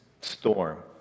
storm